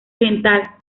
oriental